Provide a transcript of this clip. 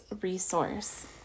resource